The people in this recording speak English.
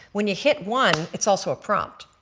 when you hit one it's also a prompt.